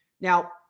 Now